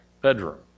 bedroom